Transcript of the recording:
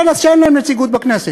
הפלג שאין להם נציגות בכנסת.